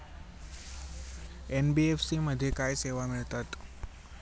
NBFC मध्ये काय सेवा मिळतात?